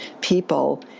people